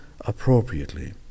appropriately